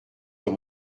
dans